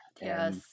Yes